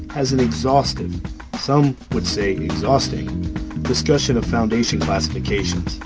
has an exhaustive some would say exhausting discussion of foundation classifications